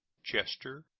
chester,